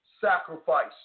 sacrifice